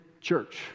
church